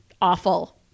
awful